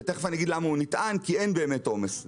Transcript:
ותיכף אני אגיד למה הוא נטען כי אין באמת עומס.